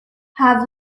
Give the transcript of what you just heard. have